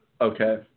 Okay